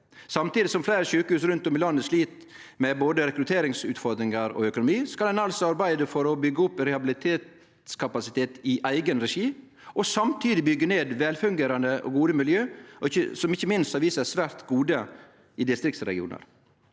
Samtidig som fleire sjukehus i landet slit med både rekrutteringsutfordringar og økonomi, skal ein altså arbeide for å byggje opp rehabiliteringskapasitet i eigen regi og samtidig byggje ned velfungerande og gode miljø som ikkje minst har vist seg svært gode i distriktsregionane.